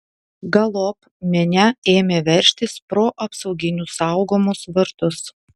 galop minia ėmė veržtis pro apsauginių saugomus vartus